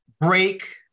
break